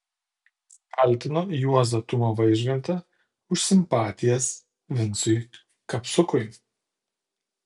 kaltino juozą tumą vaižgantą už simpatijas vincui kapsukui